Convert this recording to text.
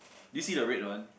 did you see the red one